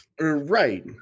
right